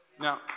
Now